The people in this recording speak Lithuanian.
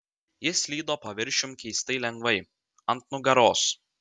jis slydo paviršium keistai lengvai ant nugaros